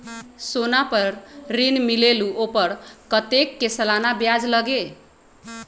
सोना पर ऋण मिलेलु ओपर कतेक के सालाना ब्याज लगे?